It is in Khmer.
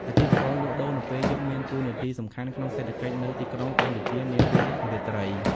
អាជីវករលក់ដូរនៅពេលយប់មានតួនាទីសំខាន់ក្នុងសេដ្ឋកិច្ចនៅទីក្រុងកម្ពុជានាពេលរាត្រី។